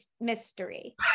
mystery